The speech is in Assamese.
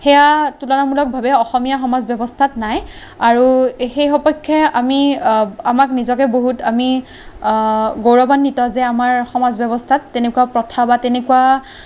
সেয়া তুলনামূলকভাৱে অসমীয়া সমাজ ব্য়ৱস্থাত নাই আৰু সেই সপক্ষে আমি আমাক নিজকে বহুত আমি গৌৰৱান্বিত যে আমাৰ সমাজ ব্য়ৱস্থাত তেনেকুৱা প্ৰথা বা তেনেকুৱা